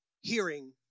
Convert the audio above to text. hearing